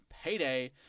Payday